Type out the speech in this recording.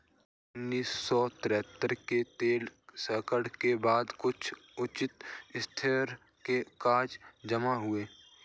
उन्नीस सौ तिहत्तर के तेल संकट के बाद कुछ उच्च स्तर के कर्ज जमा हुए